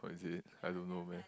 oh is it I don't know where